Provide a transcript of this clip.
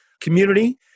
community